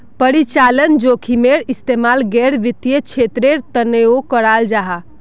परिचालन जोखिमेर इस्तेमाल गैर वित्तिय क्षेत्रेर तनेओ कराल जाहा